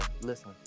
listen